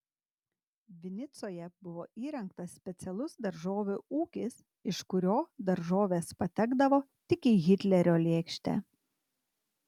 vinicoje buvo įrengtas specialus daržovių ūkis iš kurio daržovės patekdavo tik į hitlerio lėkštę